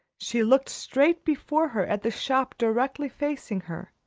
she looked straight before her at the shop directly facing her.